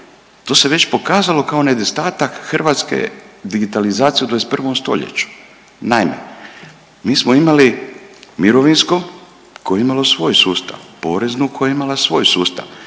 to se već pokazalo kao nedostatak hrvatske digitalizacije u 21. stoljeću. Naime, mi smo imali mirovinsko koje je imalo svoj sustav, poreznu koja je imala svoj sustav.